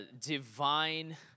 divine